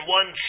one